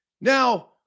Now